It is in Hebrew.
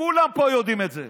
כולם פה יודעים את זה,